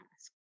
ask